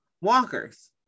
walkers